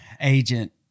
agent